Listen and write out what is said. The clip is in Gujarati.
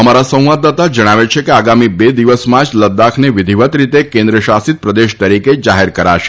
અમારા સંવાદદાતા જણાવે છે કે આગામી બે દિવસમાં જ લદ્દાખને વિધિવત રીતે કેન્દ્ર શાસિત પ્રદેશ તરીકે જાહેર કરાશે